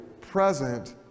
present